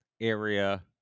area